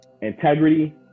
integrity